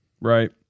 right